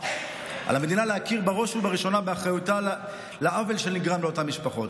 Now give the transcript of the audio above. על המדינה להכיר בראש ובראשונה באחריותה לעוול שנגרם לאותן משפחות.